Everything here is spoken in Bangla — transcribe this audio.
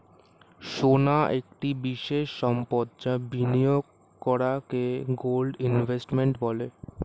সোনা একটি বিশেষ সম্পদ যা বিনিয়োগ করাকে গোল্ড ইনভেস্টমেন্ট বলে